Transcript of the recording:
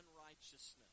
unrighteousness